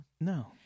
No